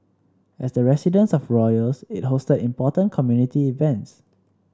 as the residence of royals it hosted important community events